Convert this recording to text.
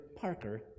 Parker